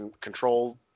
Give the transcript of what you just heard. Control